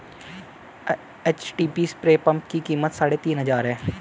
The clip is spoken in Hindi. एचटीपी स्प्रे पंप की कीमत साढ़े तीन हजार है